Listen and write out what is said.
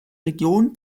region